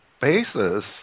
basis